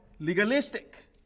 legalistic